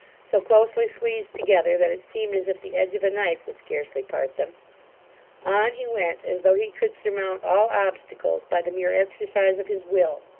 so closely squeezed together that it seemed as if the edge of a knife would scarcely part them on he went, as though he could surmount all obstacles by the mere exercise of his will.